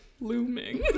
looming